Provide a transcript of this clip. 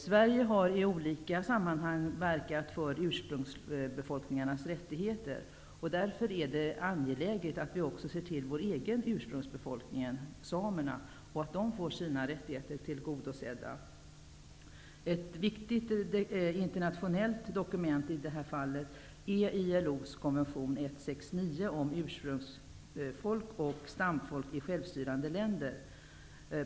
Sverige har i olika sammanhang verkat för ursprungsbefolkningarnas rättigheter. Det är därför angeläget att vi också ser till vår egen ursprungsbefolkning samerna, så att de får sina rättigheter tillgodosedda. Ett viktigt internationellt dokument i det här fallet är ILO:s konvention 169 om ursprungsfolk och stamfolk i självstyrande länder.